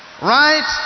Right